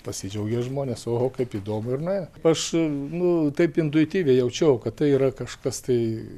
pasidžiaugia žmonės oho kaip įdomu ir na aš nu taip intuityviai jaučiau kad tai yra kažkas tai